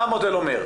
מה המודל אומר?